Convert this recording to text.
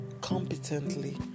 Competently